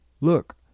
Look